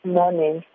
morning